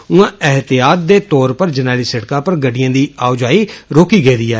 ऊआं एहतियात दे तौर पर जरनैली षिड़का पर गड्डिएं दी आओ जाई रोकी गेदी ऐ